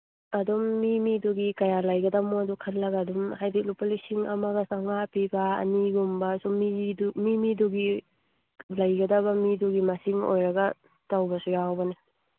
ꯑꯗꯨꯝ ꯃꯤ ꯃꯤꯗꯨꯒꯤ ꯀꯌꯥ ꯂꯩꯒꯗꯝꯅꯣꯗꯣ ꯈꯜꯂꯒ ꯍꯥꯏꯗꯤ ꯂꯨꯄꯥ ꯂꯤꯁꯤꯡ ꯑꯃꯒ ꯆꯥꯝꯃꯉꯥ ꯄꯤꯕ ꯑꯅꯤꯒꯨꯝꯕ ꯃꯤ ꯃꯤꯗꯨꯒꯤ ꯂꯩꯒꯗꯕ ꯃꯤꯗꯨꯒꯤ ꯃꯁꯤꯡ ꯑꯣꯏꯔꯒ ꯇꯧꯕꯁꯨ ꯌꯥꯎꯕꯅꯤ